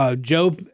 Joe